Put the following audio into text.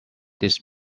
this